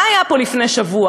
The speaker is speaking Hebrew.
מה היה פה לפני שבוע?